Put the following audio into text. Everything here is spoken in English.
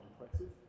impressive